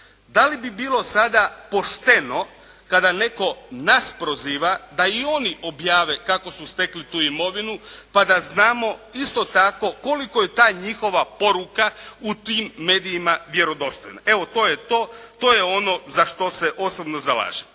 Da li bi bilo sada pošteno kada netko nas proziva da i oni objave kako su stekli tu imovinu pa da znamo isto tako koliko je ta njihova poruka u tim medijima vjerodostojna. Evo to je to, to je ono za što se osobno zalažem.